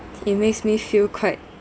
it makes me feel quite